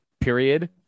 period